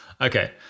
Okay